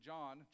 John